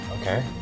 Okay